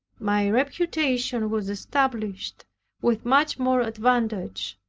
my reputation was established with much more advantage,